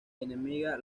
enemiga